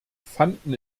fanden